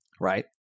right